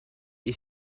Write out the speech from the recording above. est